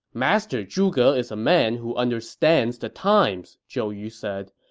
master zhuge is a man who understands the times, zhou yu said.